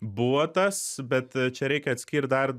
buvo tas bet čia reikia atskirt dar